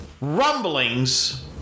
rumblings